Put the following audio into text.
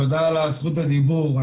תודה על זכות הדיבור.